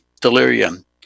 delirium